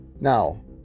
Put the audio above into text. Now